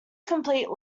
complete